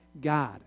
God